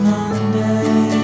Monday